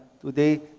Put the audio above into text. Today